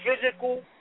physical